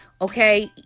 Okay